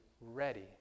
ready